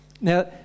now